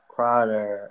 Crowder